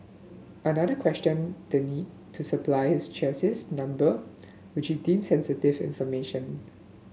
another questioned the need to supply his chassis number which he deemed sensitive information